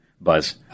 buzz